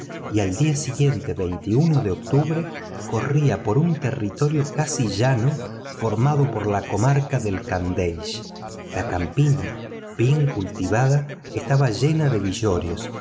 y al día siguiente de octubre corría por un territorio casi llano formado por la comarca del khandeish la campiña bien cultivada estaba llena de villorrios